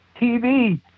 TV